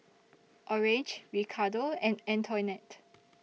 Orange Ricardo and Antoinette